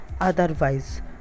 otherwise